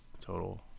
total